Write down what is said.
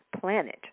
planet